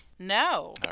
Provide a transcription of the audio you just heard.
No